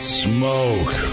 smoke